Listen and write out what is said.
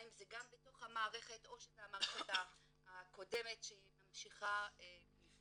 האם זה גם בתוך המערכת או שזו המערכת הקודמת שממשיכה לפעול.